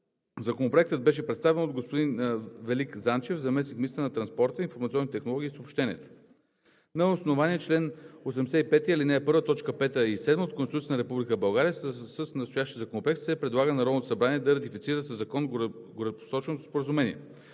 Законопроектът беше представен от господин Велик Занчев – заместник-министър на транспорта, информационните технологии и съобщенията. На основание чл. 85, ал. 1, т. 5 и 7 от Конституцията на Република България с настоящия законопроект се предлага на Народното събрание да ратифицира със закон горепосоченото споразумение.